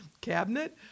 cabinet